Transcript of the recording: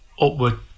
upward